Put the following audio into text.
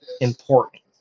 important